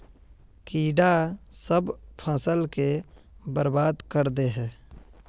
कीड़ा सब फ़सल के बर्बाद कर दे है?